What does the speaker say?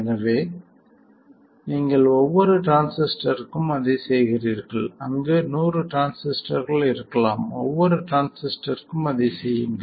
எனவே நீங்கள் ஒவ்வொரு டிரான்சிஸ்டருக்கும் அதைச் செய்கிறீர்கள் அங்கு 100 டிரான்சிஸ்டர்கள் இருக்கலாம் ஒவ்வொரு டிரான்சிஸ்டருக்கும் அதைச் செய்யுங்கள்